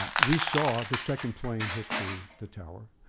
we saw the second plane hit the the tower.